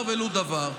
ולו דבר.